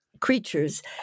creatures